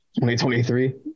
2023